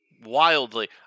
wildly